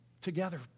together